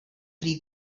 three